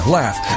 laugh